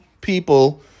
people